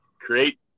create